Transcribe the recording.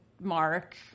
mark